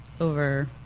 over